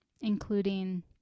including